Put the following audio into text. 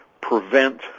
prevent